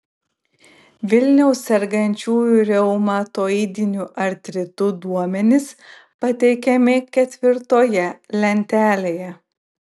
vilniaus sergančiųjų reumatoidiniu artritu duomenys pateikiami ketvirtoje lentelėje